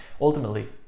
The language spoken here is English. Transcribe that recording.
Ultimately